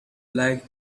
like